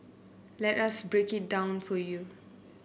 let us break it down for you